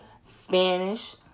Spanish